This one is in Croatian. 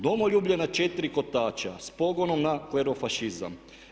Domoljublje na 4 kotača s pogonom na klerofažizam.